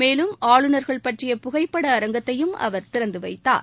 மேலும் ஆளுநர்கள் பற்றிய புகைப்பட அரங்கத்தையும் அவர் திறந்து வைத்தார்